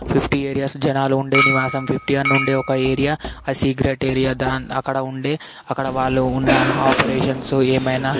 fifty areas జనాలు ఉండే నివాసం ఫిఫ్టీ వన్ ఉండే ఒక ఏరియా అది సీక్రెట్ ఏరియా అక్కడ ఉండే అక్కడ వాళ్ళు ఉన్న ఆపరేషన్సు ఏమన్నా